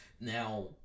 now